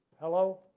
Hello